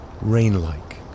rain-like